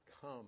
Come